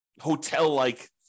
hotel-like